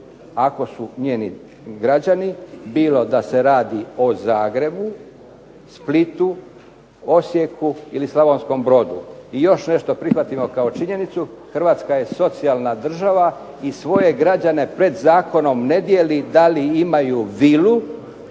ako su njeni građani. Bilo da se radi o Zagrebu, Splitu, Osijeku ili Slavonskom Brodu. I još nešto prihvatimo kao činjenicu, Hrvatska je socijalna država i svoje građane pred zakonom ne dijeli da li imaju vilu